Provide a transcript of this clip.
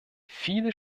viele